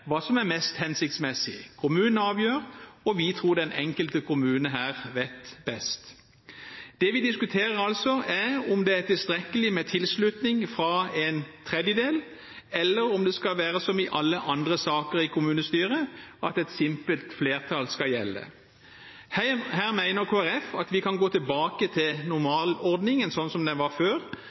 hva som er mest hensiktsmessig. Kommunen avgjør, og vi tror den enkelte kommune her vet best. Det vi diskuterer, er altså om det er tilstrekkelig med tilslutning fra en tredjedel, eller om det skal være som i alle andre saker i kommunestyret, at et simpelt flertall skal gjelde. Her mener Kristelig Folkeparti at vi kan gå tilbake til normalordningen, slik det var før,